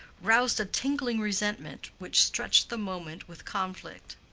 roused a tingling resentment which stretched the moment with conflict.